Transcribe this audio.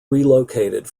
relocated